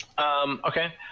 okay